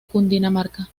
cundinamarca